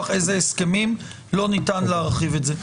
איזה הסכמים לא ניתן להרחיב את זה?